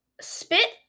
spit